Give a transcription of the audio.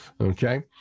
Okay